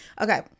okay